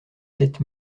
sept